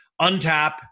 untap